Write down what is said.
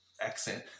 accent